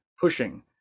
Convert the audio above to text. pushing